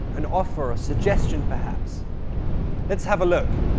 an offer or suggestion perhaps let's have a look!